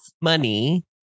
money